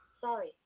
Sorry